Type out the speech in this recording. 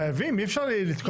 חייבים, אי אפשר לתקוע ממשלה.